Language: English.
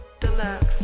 deluxe